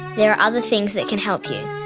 there are other things that can help you.